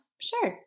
Sure